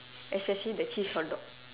especially the cheese hotdog